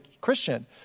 Christian